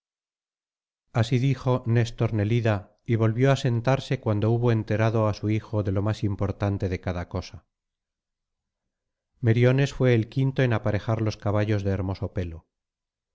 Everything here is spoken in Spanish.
así dijo néstor nelida y volvió á sentarse cuando hubo enterado á su hijo de lo más importante de cada cosa menes fué el quinto en aparejar los caballos de hermoso pelo